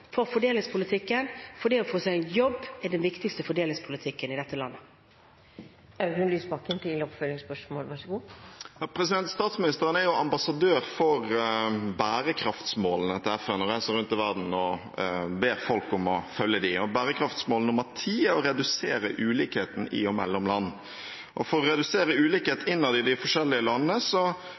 for fordelingspolitikken, for det å få seg en jobb er den viktigste fordelingspolitikken i dette landet. Statsministeren er ambassadør for FNs bærekraftsmål og reiser rundt i verden og ber folk om å følge dem. Bærekraftsmål nr. 10 er å redusere ulikheten i og mellom land. For å redusere ulikhet innad i de forskjellige landene